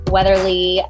Weatherly